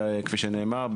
כפי שנאמר,